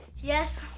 yes,